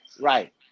right